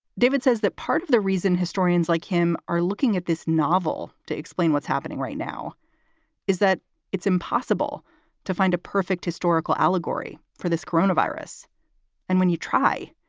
david says that part of the reason historians like him are looking at this novel to explain what's happening right now is that it's impossible to find a perfect historical allegory for this coronavirus and when you try,